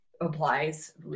applies